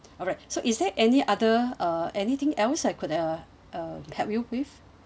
alright so is there any other uh anything else I could uh uh help you with